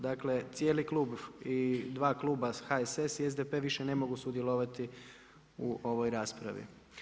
Dakle cijeli klub i dva kluba HSS i SDP više ne mogu sudjelovati u ovoj raspravi.